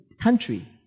country